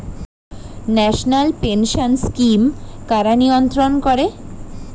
National pension scheme কারা নিয়ন্ত্রণ করে?